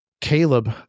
Caleb